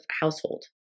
household